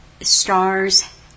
stars